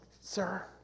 sir